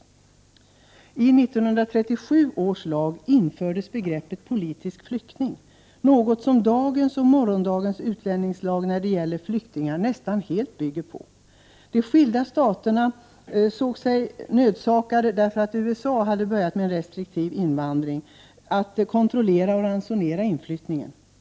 I 1937 års lag infördes begreppet politisk flykting, något som dagens och Prot. 1988/89:125 morgondagens utlänningslag när det gäller flyktingar nästan helt bygger på. 31 maj 1989 De skilda staterna såg sig nödsakade, därför att USA hade börjat med restriktiv invandring, att kontrollera och ransonera inflyttningen.